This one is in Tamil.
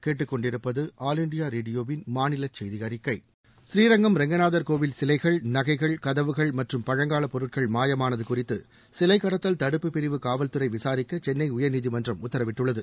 பூரீரங்கம் ரெங்கநாதர் கோவில் சிலைகள் நகைகள் கதவுகள் மற்றும் பழங்கால பொருட்கள் மாயமானது குறித்து சிலை கடத்தல் தடுப்புப் பிரிவு காவல்துறை விசாரிக்க சென்னை உயர்நீதிமன்றம் உத்தரவிட்டுள்ளது